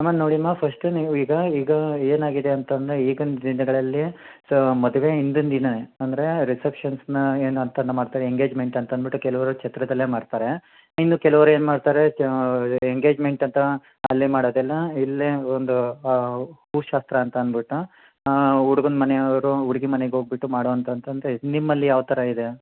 ಅಮ್ಮ ನೋಡಿಮ್ಮ ಫಸ್ಟ್ ನೀವು ಈಗ ಯುಗ ಏನಾಗಿದೆ ಅಂತಂದರೆ ಈಗಿನ ದಿನಗಳಲ್ಲಿ ಸೊ ಮದುವೆ ಹಿಂದಿನ ದಿನ ಅಂದರೆ ರಿಸೆಪ್ಷನ್ಸ್ನ ಏನಂತ ಮಾಡ್ತಾರೆ ಎಂಗೇಜ್ಮೆಂಟ್ ಅಂತ ಅಂದುಬಿಟ್ಟು ಕೆಲವರು ಛತ್ರದಲ್ಲೇ ಮಾಡ್ತಾರೆ ಇನ್ನು ಕೆಲವರು ಏನು ಮಾಡ್ತಾರೆ ಎಂಗೇಜ್ಮೆಂಟ್ ಅಂತ ಅಲ್ಲೇ ಮಾಡೋದಿಲ್ಲ ಇಲ್ಲೇ ಒಂದು ಹೂ ಶಾಸ್ತ್ರ ಅಂತ ಅಂದುಬಿಟ್ಟು ಹುಡುಗನ ಮನೆಯವರು ಹುಡುಗಿ ಮನೆಗೆ ಹೋಗ್ಬಿಟ್ಟು ಮಾಡೋ ಅಂತ ಅಂತಂತೆ ನಿಮ್ಮಲ್ಲಿ ಯಾವ ಥರ ಇದೆ